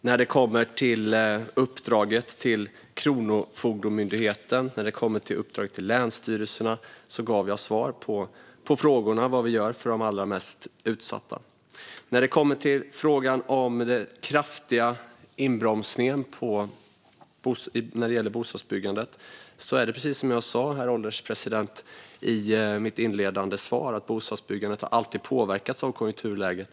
När det kommer till uppdraget till Kronofogdemyndigheten och uppdraget till länsstyrelserna gav jag svar på frågorna om vad vi gör för de allra mest utsatta. När det kommer till frågan om den kraftiga inbromsningen av bostadsbyggandet är det precis som jag sa, herr ålderspresident, i mitt inledande svar: Bostadsbyggandet har alltid påverkats av konjunkturläget.